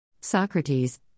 Socrates